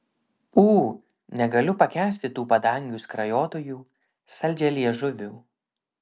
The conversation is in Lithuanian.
ū negaliu pakęsti tų padangių skrajotojų saldžialiežuvių